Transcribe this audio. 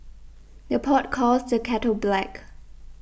the pot calls the kettle black